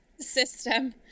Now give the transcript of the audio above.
system